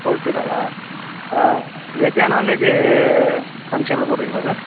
whole சேலாவாக ஆ வெஜ்ஜா நான்வெஜ்ஜி ஃபங்க்ஷனில் போடுறிங்களா சார்